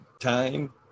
time